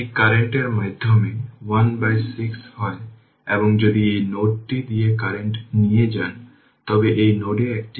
ধরুন এই i 3 আমরা এভাবে লিখছি যদি এটি হয় 0 t i 3 এবং v0 t i 3 এভাবে লিখছি